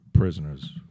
prisoners